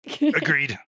Agreed